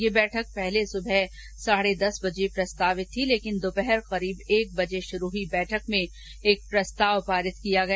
यह बैठक पहले सुबह साढे दस बजे प्रस्तावित थी लेकिन दोपहर करीब एक बजे शुरू हुई बैठक में एक प्रस्ताव पास किया गया